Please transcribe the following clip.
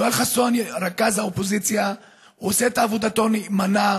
יואל חסון רכז האופוזיציה עושה את עבודתו נאמנה